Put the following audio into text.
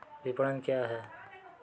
विपणन क्या है?